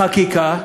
החקיקה,